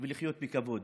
כדי לחיות בכבוד.